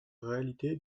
réalité